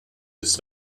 its